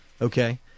okay